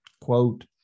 quote